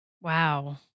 wow